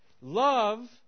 Love